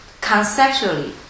conceptually